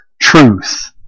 truth